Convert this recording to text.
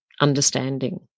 understanding